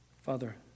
Father